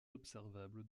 observables